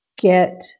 get